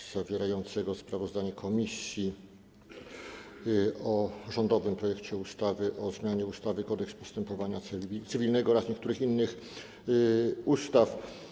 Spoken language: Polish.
Chodzi o sprawozdanie komisji o rządowym projekcie ustawy o zmianie ustawy Kodeks postępowania cywilnego oraz niektórych innych ustaw.